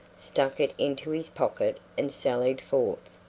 stuck it into his pocket and sallied forth.